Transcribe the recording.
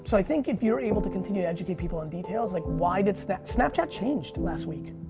so i think if you're able to continue to educate people on details, like why did snap, snapchat changed last week.